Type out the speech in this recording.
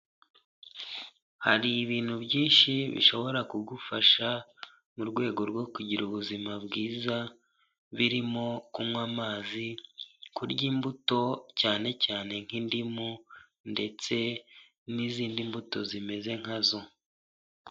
Hari ibintu byinshi bishobora kugufasha mu rwego rwo kugira ubuzima bwiza, birimo kunywa amazi, kurya imbuto cyane cyane nk'indimu, ndetse n'izindi mbuto zimeze nkazo.